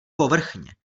povrchně